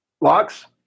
Locks